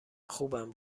خوبم